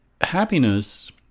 happiness